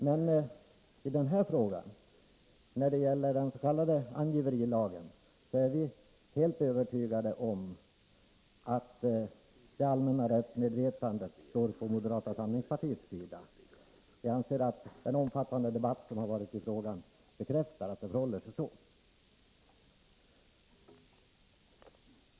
Men när det gäller den s.k. angiverilagen är vi helt övertygade om att det allmänna rättsmedvetandet står på moderata samlingspartiets sida. Vi anser att den omfattande debatt som har förts i frågan bekräftar att det förhåller sig så.